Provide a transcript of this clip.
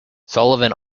sullivan